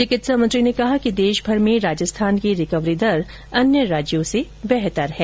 चिकित्सा मंत्री ने कहा कि देश भर में राजस्थान की रिकवरी दर अन्य राज्यों से बेहतर है